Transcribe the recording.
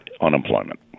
unemployment